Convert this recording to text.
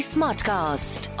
Smartcast